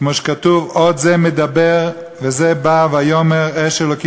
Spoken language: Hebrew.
כמו שכתוב: "עוד זה מדבר וזה בא ויאמר אש אלהים